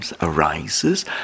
arises